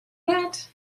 that